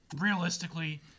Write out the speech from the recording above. Realistically